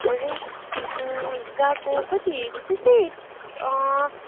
rate गएको कति त्यसै